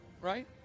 right